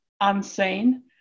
unseen